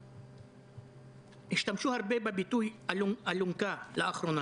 שהשתמשו הרבה בביטוי "להיכנס מתחת לאלונקה".